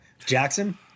Jackson